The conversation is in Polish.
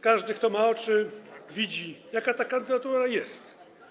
każdy, kto ma oczy, widzi, jaka ta kandydatura jest.